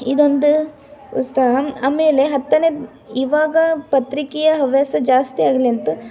ಇದೊಂದು ಉತ್ಸಾಹ ಆಮೇಲೆ ಹತ್ತನೇ ಇವಾಗ ಪತ್ರಿಕೆಯ ಹವ್ಯಾಸ ಜಾಸ್ತಿ ಆಗಲಿ ಅಂತ